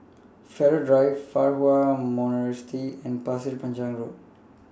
Farrer Drive Fa Hua Monastery and Pasir Panjang Road